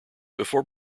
before